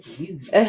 music